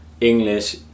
English